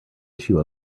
issue